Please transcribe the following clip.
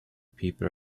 people